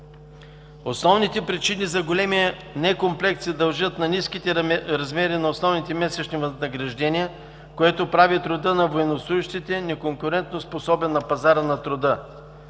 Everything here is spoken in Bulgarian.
Основните причини за големия некомплект се дължат на ниските размери на основните месечни възнаграждения, което прави труда на военнослужещите неконкурентоспособен на пазара на труда.